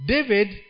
David